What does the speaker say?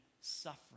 suffering